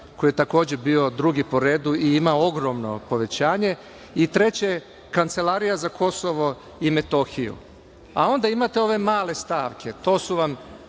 koji je, takođe, bio drugi po redu i ima ogromno povećanje i treće Kancelarija za Kosovo i Metohiju, a onda imate ove male stavke. To su vam